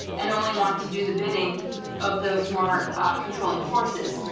and only want to do the bidding of those more controlling forces,